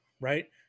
right